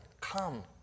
come